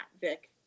Vic